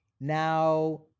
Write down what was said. Now